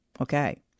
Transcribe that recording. Okay